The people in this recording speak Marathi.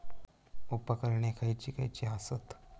उपकरणे खैयची खैयची आसत?